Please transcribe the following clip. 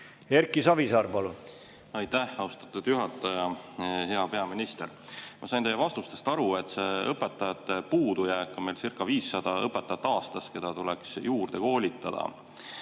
Erki Savisaar, palun! Aitäh, austatud juhataja! Hea peaminister! Ma sain teie vastustest aru, et õpetajate puudujääk on meilcirca500 õpetajat aastas, keda tuleks juurde koolitada.